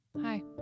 Hi